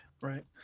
right